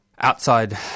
outside